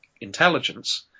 intelligence